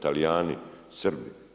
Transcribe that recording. Talijani, Srbi.